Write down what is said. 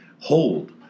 hold